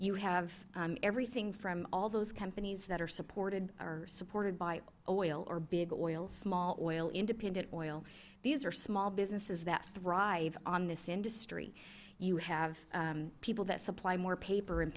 you have everything from all those companies that are supported by oil or big oil small oil independent oil these are small businesses that thrive on this industry you have people that supply more paper and